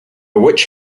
witch